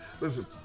listen